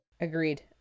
agreed